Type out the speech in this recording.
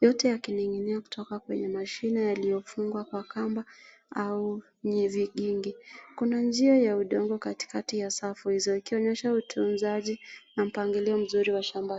yote yakining'inia kutoka kwenye mashina yaliyofungwa kwa kamba au yenye vikingi. Kuna njia ya udongo katikati ya safu hizo ikionyesha utunzaji na mpangilio mzuri wa shamba hii.